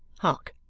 hark!